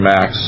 Max